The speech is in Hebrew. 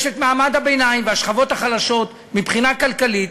יש מעמד הביניים והשכבות החלשות מבחינה כלכלית,